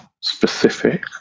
specific